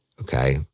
okay